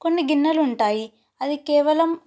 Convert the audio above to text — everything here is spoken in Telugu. కొన్ని గిన్నెలు ఉంటాయి అది కేవలం